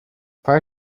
prior